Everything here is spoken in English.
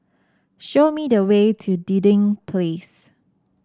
show me the way to Dinding Place